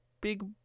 big